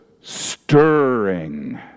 stirring